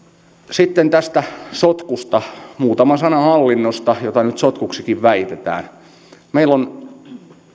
sitten tästä sotkusta muutama sana hallinnosta jota nyt sotkuksikin väitetään meillä on